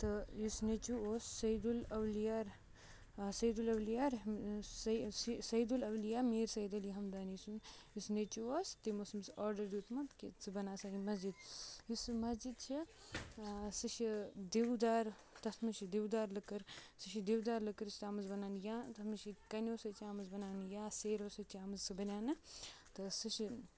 تہٕ یُس نیٚچِو اوس سعید الاولیا سعید الاولیا سعید الاولیا میٖر سعید علی ہمدانی سُنٛد یُس نیٚچِو اوس تٔمۍ اوس أمِس آرڈَر دیُتمُت کہِ ژٕ بناو سا یہِ مسجد یُس سُہ مسجد چھےٚ سُہ چھِ دِودار تَتھ منٛز چھِ دِودار لٔکٕر سُہ چھِ دِودار لٔکٕر بناونہٕ یا تَتھ منٛز چھِ کَنیوٗ سۭتۍ آمٕژ بناونہٕ یا سیریو سۭتۍ چھِ آمٕژ سُہ بناونہٕ تہٕ سُہ چھِ